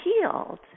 healed